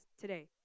today